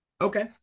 Okay